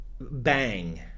bang